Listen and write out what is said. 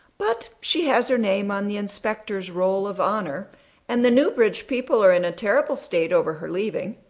but she has her name on the inspector's roll of honor and the newbridge people are in a terrible state over her leaving.